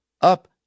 up